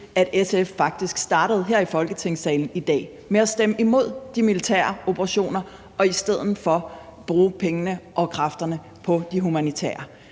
at SF faktisk her i dag i Folketingssalen startede med at stemme imod de militære operationer og i stedet for brugte pengene og kræfterne på de humanitære?